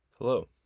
Hello